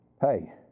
Hey